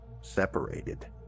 separated